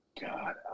God